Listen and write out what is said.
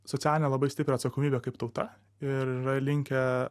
socialinę labai stiprią atsakomybę kaip tauta ir yra linkę